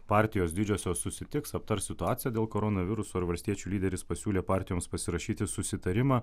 partijos didžiosios susitiks aptars situaciją dėl koronaviruso ir valstiečių lyderis pasiūlė partijoms pasirašyti susitarimą